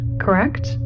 correct